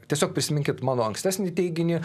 tiesiog prisiminkit mano ankstesnį teiginį